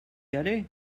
aller